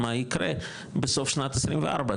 מה ייקרה בסוף שנת 24,